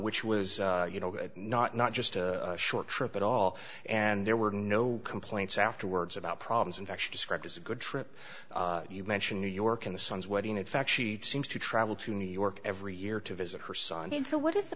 which was you know not not just a short trip at all and there were no complaints afterwards about problems in fact she described as a good trip you mention new york in the son's wedding in fact she seems to travel to new york every year to visit her son so what is